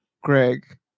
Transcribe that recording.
Greg